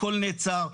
הכול נעצר,